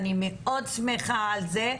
אני מאוד שמחה על זה.